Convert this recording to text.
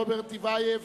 רוברט טיבייב,